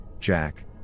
Jack